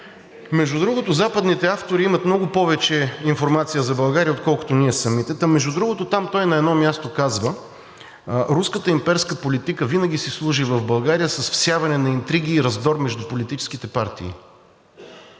Между другото, западните автори имат много повече информация за България, отколкото ние самите. Та, между другото, там той на едно място казва: „Руската имперска политика винаги си служи в България с всяване на интриги и раздор между политическите партии.“